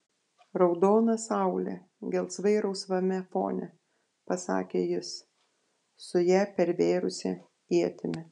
raudona saulė gelsvai rausvame fone pasakė jis su ją pervėrusia ietimi